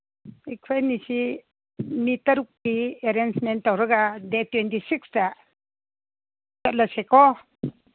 ꯑꯩꯈꯣꯏ ꯑꯅꯤꯁꯤ ꯃꯤ ꯇꯔꯨꯛꯇꯤ ꯑꯦꯔꯦꯟꯖꯃꯦꯟ ꯇꯧꯔꯒ ꯗꯦꯠ ꯇ꯭ꯋꯦꯟꯇꯤ ꯁꯤꯛꯁꯇ ꯆꯠꯂꯁꯤꯀꯣ